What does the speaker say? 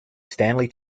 stanley